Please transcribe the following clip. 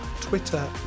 Twitter